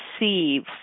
receive